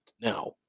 Now